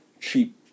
cheap